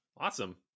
Awesome